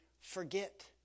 forget